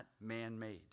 man-made